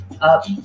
up